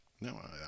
No